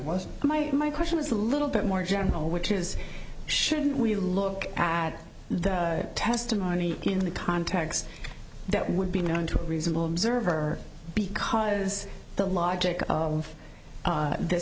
was my my question is a little bit more general which is should we look at the testimony in the context that would be known to a reasonable observer because the logic of